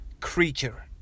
creature